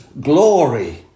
glory